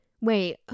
wait